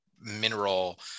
mineral